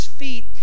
feet